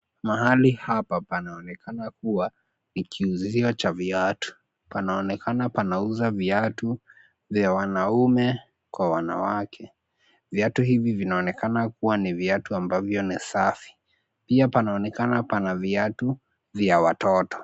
Mahali hapa panaonekana kuwa ni kiuzio cha viatu. Panaonekana panauza viatu vya wanaume kwa wanawake. Viatu hivi vinaonekana kuwa ni viatu ambavyo ni safi. Pia panaonekana pana viatu vya watoto.